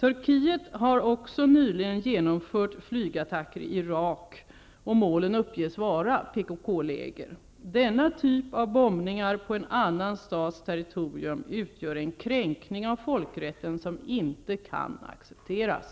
Turkiet har också nyligen genomfört flygattacker i Irak. Målen uppges vara PKK-läger. Denna typ av bombningar på en annan stats territorium utgör en kränkning av folkrätten som inte kan accepteras.